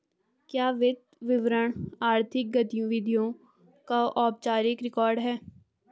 क्या वित्तीय विवरण आर्थिक गतिविधियों का औपचारिक रिकॉर्ड है?